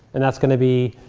and that's going to be